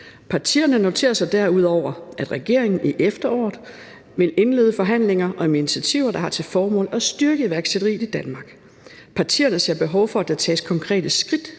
»Partierne noterer sig derudover, at regeringen i efteråret vil indlede forhandlinger, om initiativer der har til formål at styrke iværksætteriet i Danmark. Partierne ser behov for, at der tages konkrete skridt